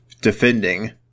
defending